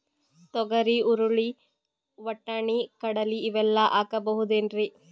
ತೊಗರಿ, ಹುರಳಿ, ವಟ್ಟಣಿ, ಕಡಲಿ ಇವೆಲ್ಲಾ ಹಾಕಬಹುದೇನ್ರಿ?